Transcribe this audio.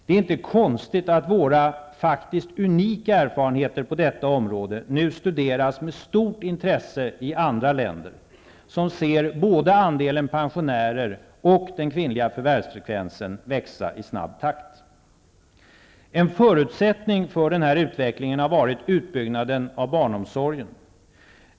Det är inte konstigt att våra unika erfarenheter på detta område nu studeras med stort intresse i andra länder, som ser både andelen pensionärer och den kvinnliga förvärvsfrekvensen växa i snabb takt. En förutsättning för denna utveckling har varit utbyggnaden av barnomsorgen.